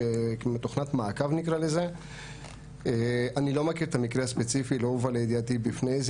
ילדים בעיקר שרוצים לדעת היכן נמצאים.